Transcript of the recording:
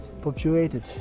populated